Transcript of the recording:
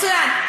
מצוין.